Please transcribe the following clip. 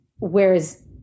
Whereas